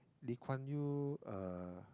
Lee Kuan Yew uh